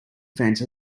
fence